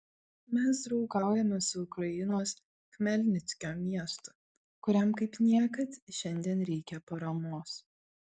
mes draugaujame su ukrainos chmelnickio miestu kuriam kaip niekad šiandien reikia paramos